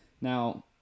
Now